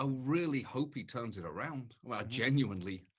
um really hope he turns it around. um i genuinely,